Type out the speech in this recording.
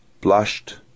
blushed